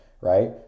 right